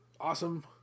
awesome